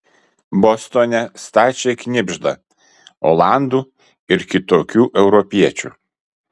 bostone stačiai knibžda olandų ir kitokių europiečių